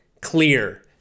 clear